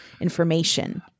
information